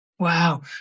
Wow